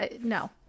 no